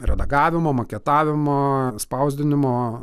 redagavimo maketavimo spausdinimo